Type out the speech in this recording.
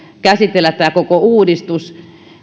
käsitellä tämä koko uudistus